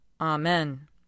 Amen